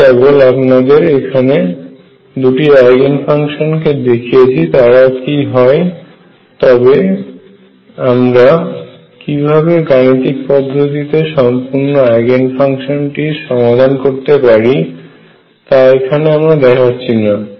আমি কেবল আপনাদের এখানে দুটি আইগেন ফাংশন কে দেখিয়েছি তারা কি হয় তবে আমরা কিভাবে গাণিতিক পদ্ধতিতে সম্পূর্ন আইগেন ফাংশনটির সমাধান করতে পারি তা এখানে আমরা দেখাচ্ছি না